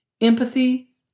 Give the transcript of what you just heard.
Empathy